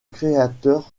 créateur